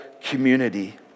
community